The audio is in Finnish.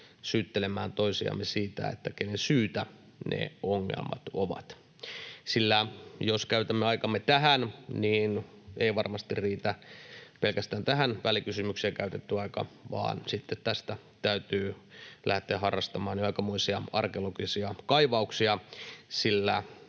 syyttelemään toisiamme siitä, kenen syytä ne ongelmat ovat. Jos käytämme aikamme tähän, niin ei varmasti riitä pelkästään tähän välikysymykseen käytetty aika vaan sitten tästä täytyy lähteä harrastamaan jo aikamoisia arkeologisia kaivauksia, sillä